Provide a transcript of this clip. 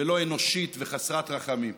ולא אנושית וחסרת רחמים.